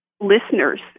listeners